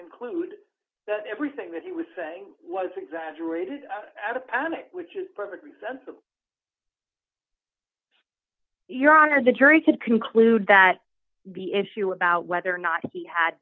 conclude that everything that he was saying was exaggerated out of panic which is perfectly sensible your honor the jury could conclude that the issue about whether or not he had